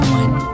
one